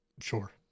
sure